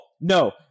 no